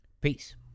Peace